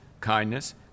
kindness